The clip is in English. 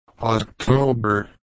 October